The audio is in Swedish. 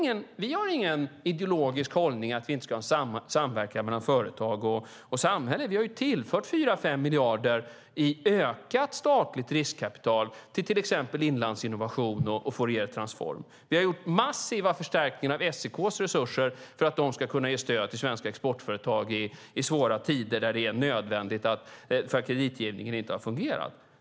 Vi har ingen ideologisk hållning som säger att vi inte ska ha samverkan mellan företag och samhälle. Vi har tillfört fyra fem miljarder i ökat statligt riskkapital till exempelvis Inlandsinnovation och Fouriertransform. Vi har gjort massiva förstärkningar av SEK:s resurser för att de ska kunna ge stöd till svenska exportföretag i svåra tider, när det är nödvändigt därför att kreditgivningen inte har fungerat.